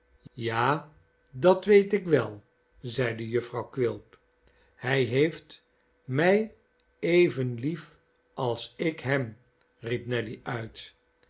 ja dat weet ik wel zeide jufvrouw quilp hij heeft mij even lief als ik hem riep nelly uit